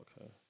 Okay